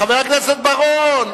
חבר הכנסת בר-און,